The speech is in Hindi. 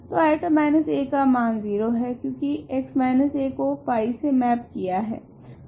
तो i a का मान 0 है क्योकि x a को फाई से मॅप किया है